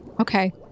Okay